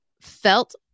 felt